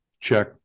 check